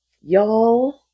Y'all